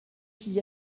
qu’y